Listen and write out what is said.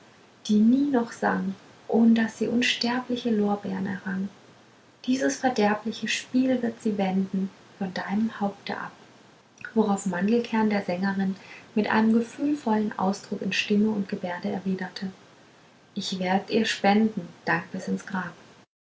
die nie noch sang ohn daß sie unsterbliche lorbeern errang dieses verderbliche spiel wird sie wenden von deinem haupte ab worauf mandelkern der sängerin mit einem gefühlvollen ausdruck in stimme und gebärde erwiderte ich werd ihr spenden dank bis ins grab